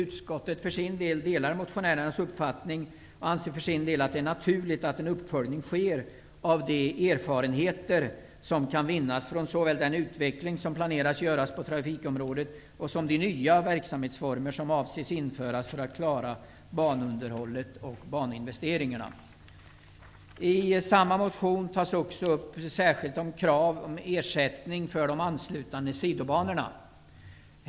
Utskottet delar motionärernas uppfattning och anser för sin del att det är naturligt att en uppföljning sker av de erfarenheter som kan vinnas från såväl den utveckling som planeras bli gjord på trafikområdet som de nya verksamhetsformer som avses bli införda för att klara banunderhållet och baninvesteringarna. I samma motion tas också upp ett krav på att särskild ersättning skall utgå för de anslutande sidobanorna.